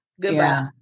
Goodbye